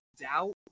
doubt